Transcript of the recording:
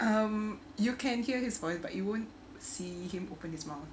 um you can hear his voice but you won't see him open his mouth